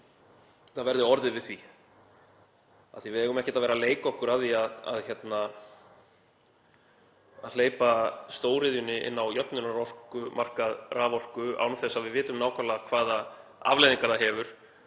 að orðið verði við því af því að við eigum ekkert að vera að leika okkur að því að hleypa stóriðjunni inn á jöfnunarorkumarkað raforku án þess að við vitum nákvæmlega hvaða afleiðingar það hefur